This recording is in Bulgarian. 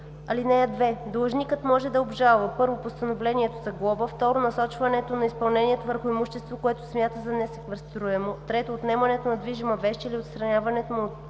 (2) Длъжникът може да обжалва: 1. постановлението за глоба; 2. насочването на изпълнението върху имущество, което смята за несеквестируемо; 3. отнемането на движима вещ или отстраняването му от